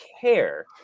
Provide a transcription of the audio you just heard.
care